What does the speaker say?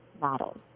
models